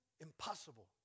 Impossible